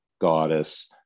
goddess